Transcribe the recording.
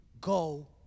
go